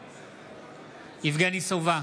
בעד יבגני סובה,